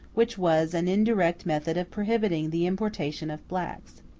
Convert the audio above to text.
which was an indirect method of prohibiting the importation of blacks.